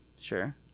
Sure